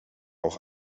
auch